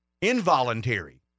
involuntary